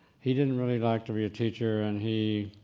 he didn't really like to be a teacher and he